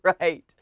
Right